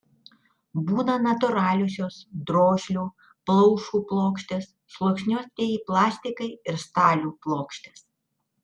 būna natūraliosios drožlių plaušų plokštės sluoksniuotieji plastikai ir stalių plokštės